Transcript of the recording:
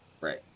Right